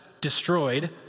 destroyed